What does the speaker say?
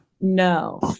No